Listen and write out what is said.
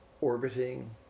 orbiting